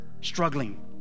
struggling